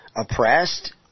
oppressed